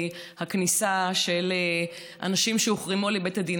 הכניסה של אנשים שהוחרמו על ידי בית הדין.